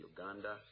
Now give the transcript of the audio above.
Uganda